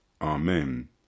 Amen